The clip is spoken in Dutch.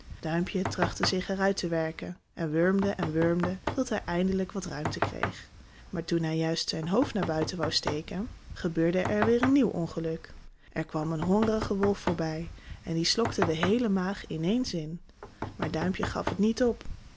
duimpje trachtte zich er uit te werken en wurmde en wurmde tot hij eindelijk wat ruimte kreeg maar toen hij juist zijn hoofd naar buiten wou steken gebeurde er weêr een nieuw ongeluk er kwam een hongerige wolf voorbij en die slokte de heele maag in ééns in maar duimpje gaf het niet op